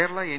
Kerala N